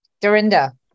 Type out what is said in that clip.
Dorinda